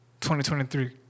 2023